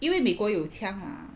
因为美国有枪 ah